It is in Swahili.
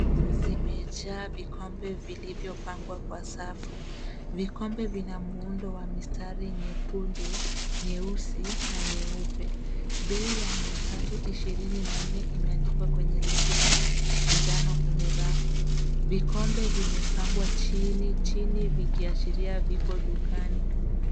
Rafu zimejaa vikombe vilivyopangwa kwa safu. Vikombe vina muundo wa mistari nyekundu, nyeusi na nyeupe. Bei ya mia tatu ishirini na nne imeandikwa kwenye lebo za njano kwenye rafu. Vikombe vimepangwa chini vikiashiria vipo dukani.